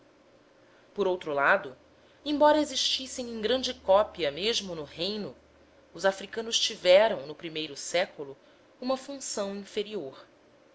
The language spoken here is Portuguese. por outro lado embora existissem em grande cópia mesmo no reino os africanos tiveram no primeiro século uma função inferior